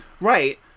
Right